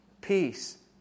peace